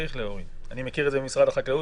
אני מכיר את זה ממשרד החקלאות.